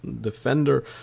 defender